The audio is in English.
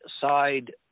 side